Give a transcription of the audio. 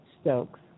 Stokes